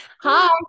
hi